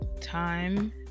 time